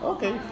Okay